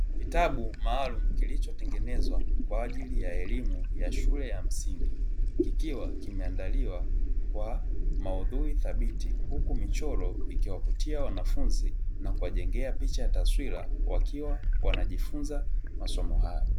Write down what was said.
Kitabu maalumu kilichotengenezwa kwa ajili ya elimu ya shule ya msingi, kikiwa kimeandaliwa kwa maudhui thabiti, huku michoro ikiwavutia wanafunzi na kuwajengea picha ya taswira wakiwa wanajifunza masomo hayo.